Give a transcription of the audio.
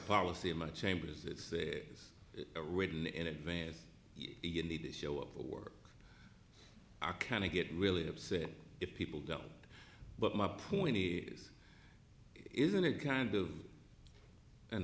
policy in my chambers it's written in advance you need to show up for work are kind of get really upset if people don't but my point is isn't it kind of an